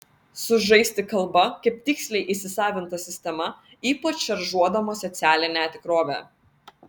sužaisti kalba kaip tiksliai įsisavinta sistema ypač šaržuodamas socialinę tikrovę